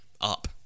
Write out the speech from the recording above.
up